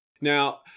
Now